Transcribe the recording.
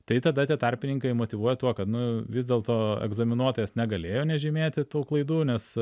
tai tada tie tarpininkai motyvuoja tuo kad nu vis dėlto egzaminuotojas negalėjo nežymėti tų klaidų nes